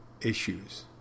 issues